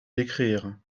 l’écrire